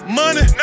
money